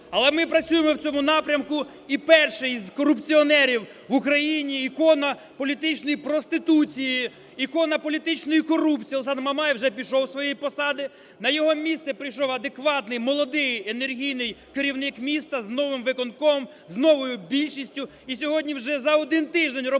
Але ми працюємо в цьому напрямку. І перший із корупціонерів в Україні, ікона політичної проституції, ікона політичної корупції Олександр Мамаєв уже пішов зі своєї посади. На його місце прийшов адекватний молодий енергійний керівник міста з новим виконкомом, з новою більшістю. І сьогодні вже за один тиждень роботи